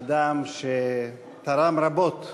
אדם שתרם רבות